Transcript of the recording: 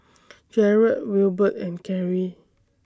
Jarod Wilbert and Kerri